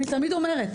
אני אומרת,